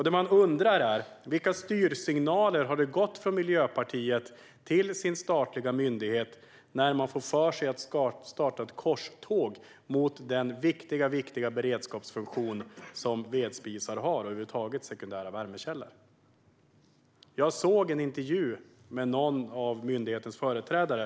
Det man undrar är: Vilka styrsignaler har gått från Miljöpartiet till dess statliga myndighet när man får för sig att starta ett korståg mot den viktiga beredskapsfunktion som vedspisar och sekundära värmekällor över huvud taget har? Jag såg en intervju med någon av myndighetens företrädare.